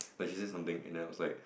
like she say something and then i was like